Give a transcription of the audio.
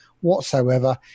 whatsoever